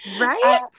Right